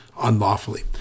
unlawfully